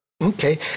Okay